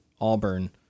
Auburn